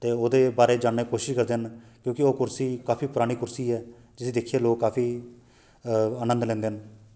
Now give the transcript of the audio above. ते ओह्दे बारे च जानने च कोशिश करदे न क्योंकि ओह् कुर्सी काफी परानी कुर्सी ऐ जिसी दिक्खियै लोक काफी आनंद लैंदे न